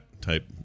type